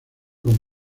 con